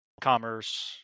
commerce